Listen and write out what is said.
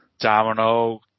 Domino